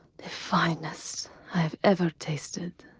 the finest i have ever tasted.